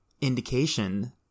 indication